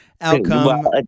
Outcome